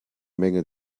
menge